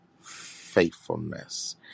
faithfulness